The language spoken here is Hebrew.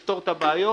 לפתור את הבעיות,